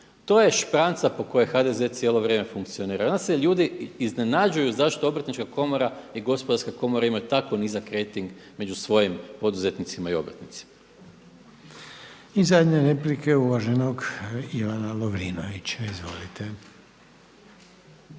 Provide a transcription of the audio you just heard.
to je špranca po kojoj HDZ funkcionira i onda se ljudi iznenađuju zašto Obrtnička komora i Gospodarska komora ima tako nizak rejting među svojim poduzetnicima i obrtnicima. **Reiner, Željko (HDZ)** I zadnja replika je uvaženog Ivana Lovrinovića. Izvolite.